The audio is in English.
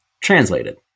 translated